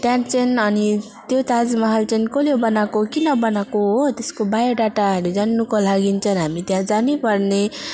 त्यहाँ चाहिँ अनि त्यो ताजमहल चाहिँ कसले बनाएको किन बनाएको हो त्यसको बायोडाटाहरू जान्नुको लागि चाहिँ हामी त्यहाँ जानु पर्ने